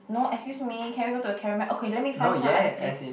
no excuse me can we go to the Carol Mel okay let me find some other place